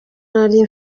nari